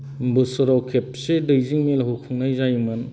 बोसोराव खेबसे दैजिं मेलखौ खुंनाय जायोमोन